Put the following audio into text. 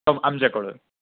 हो आमच्याकडून